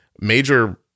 major